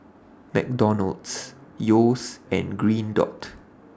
McDonald's Yeo's and Green Dot